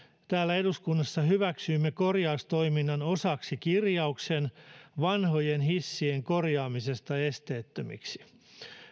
täällä eduskunnassa hyväksyimme korjaustoiminnan osaksi kirjauksen vanhojen hissien korjaamisesta esteettömiksi